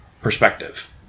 perspective